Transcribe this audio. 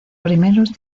primeros